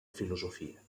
filosofia